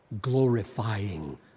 glorifying